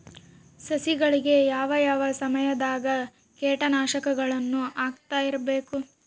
ಸಸಿಗಳಿಗೆ ಯಾವ ಯಾವ ಸಮಯದಾಗ ಕೇಟನಾಶಕಗಳನ್ನು ಹಾಕ್ತಿರಬೇಕು?